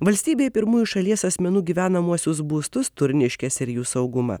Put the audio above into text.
valstybei pirmųjų šalies asmenų gyvenamuosius būstus turniškėse ir jų saugumą